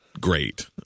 great